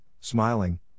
smiling